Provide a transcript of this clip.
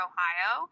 Ohio